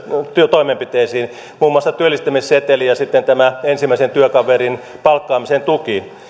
toimenpiteisiin muun muassa työllistämisseteli ja tämä ensimmäisen työkaverin palkkaamisen tuki